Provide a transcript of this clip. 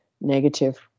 negative